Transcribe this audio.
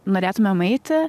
norėtumėm eiti